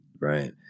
Right